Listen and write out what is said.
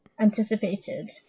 anticipated